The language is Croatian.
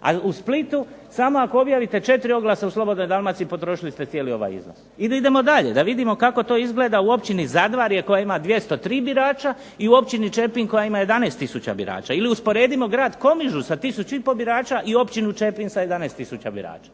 a u Splitu samo ako objavite četiri oglasa u "Slobodnoj Dalmaciji" potrošili ste cijeli ovaj iznos. Ili idemo dalje da vidimo kako to izgleda u Općini Zadvarje koja ima 203 birača i u Općini Čepin koja ima 11 tisuća birača ili usporedimo grad Komižu sa tisuću i pol birača i Općinu Čepin sa 11 tisuća birača.